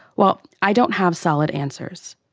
well, i don't have solid answers,